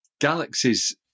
galaxies